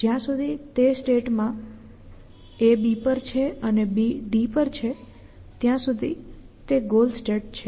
જ્યાં સુધી તે સ્ટેટ માં A B પર છે અને B D પર છે ત્યાં સુધી તે ગોલ સ્ટેટ છે